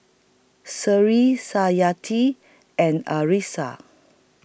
Sri and Arissa